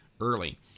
early